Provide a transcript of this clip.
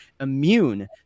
immune